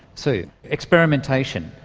sue, experimentation,